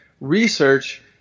research